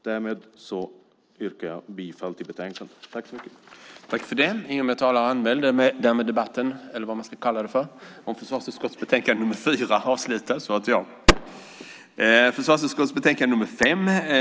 Därmed yrkar jag bifall till förslaget i betänkandet.